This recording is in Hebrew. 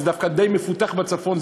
שזה דווקא די מפותח בצפון.